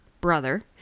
brother